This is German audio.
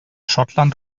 schottland